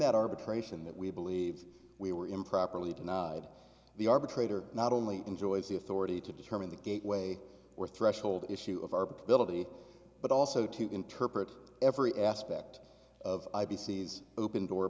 that arbitration that we believe we were improperly denied the arbitrator not only enjoys the authority to determine the gateway or threshold issue of our villainy but also to interpret every aspect of aipcs open door